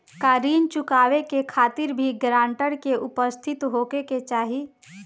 का ऋण चुकावे के खातिर भी ग्रानटर के उपस्थित होखे के चाही?